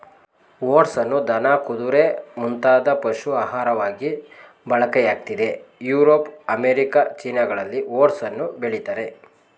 ಓಟ್ಸನ್ನು ದನ ಕುದುರೆ ಮುಂತಾದ ಪಶು ಆಹಾರವಾಗಿ ಬಳಕೆಯಾಗ್ತಿದೆ ಯುರೋಪ್ ಅಮೇರಿಕ ಚೀನಾಗಳಲ್ಲಿ ಓಟ್ಸನ್ನು ಬೆಳಿತಾರೆ